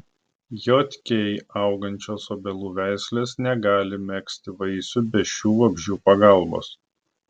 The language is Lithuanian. jk augančios obelų veislės negali megzti vaisių be šių vabzdžių pagalbos